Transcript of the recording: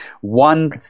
one